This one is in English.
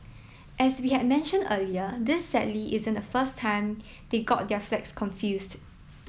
as we had mentioned earlier this sadly isn't the first time they got their flags confused